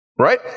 Right